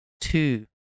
two